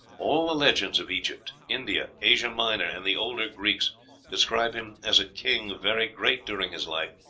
all the legends of egypt, india, asia minor, and the older greeks describe him as a king very great during his life,